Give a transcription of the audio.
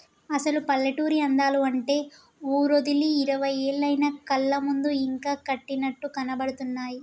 అసలు పల్లెటూరి అందాలు అంటే ఊరోదిలి ఇరవై ఏళ్లయినా కళ్ళ ముందు ఇంకా కట్టినట్లు కనబడుతున్నాయి